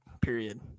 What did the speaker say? period